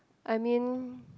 I mean